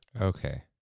Okay